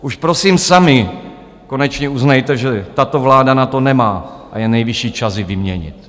Už prosím sami konečně uznejte, že tato vláda na to nemá a je nejvyšší čas ji vyměnit.